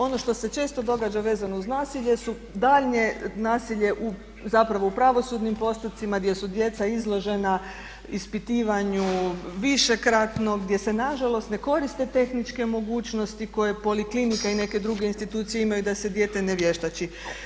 Ono što se često događa vezano uz nasilje jesu daljnje nasilje zapravo u pravosudnim postupcima gdje su djeca izložena ispitivanju višekratno, gdje se na žalost ne koriste tehničke mogućnosti koje poliklinika i neke druge institucije imaju da se dijete ne vještači.